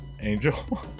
Angel